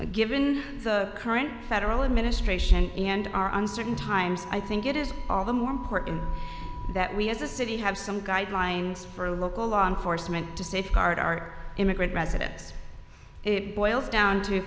immigrants given the current federal administration and are uncertain times i think it is all the more important that we as a city have some guidelines for local law enforcement to safeguard our immigrant residence it boils down to